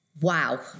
Wow